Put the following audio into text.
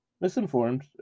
misinformed